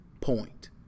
point